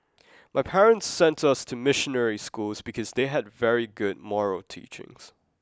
my parents sent us to missionary schools because they had very good moral teachings